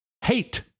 Hate